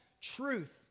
truth